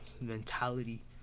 mentality